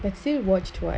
but still watched [what]